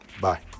Bye